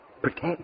protect